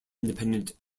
independent